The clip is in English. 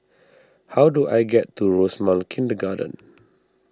how do I get to Rosemount Kindergarten